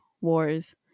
wars